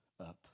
up